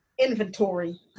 inventory